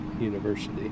University